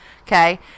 Okay